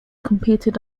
competed